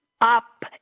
up